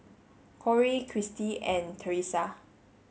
Corey Kristie and Teresa